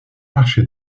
marché